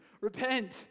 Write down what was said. repent